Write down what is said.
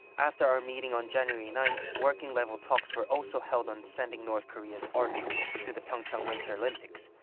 after our meeting on january ninth, working-level talks were also held on sending north korea's art troupe to the pyeongchang winter olympics,